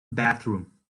bathroom